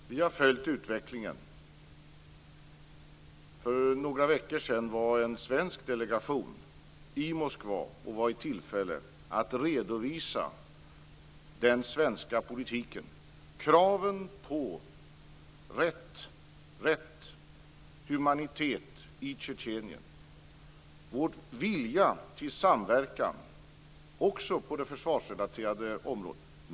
Fru talman! Vi har följt utvecklingen. För några veckor sedan var en svensk delegation i Moskva och var i tillfälle att redovisa den svenska politiken. Det gäller kraven på rätt och humanitet i Tjetjenien och vår vilja till samverkan också på det försvarsrelaterade området.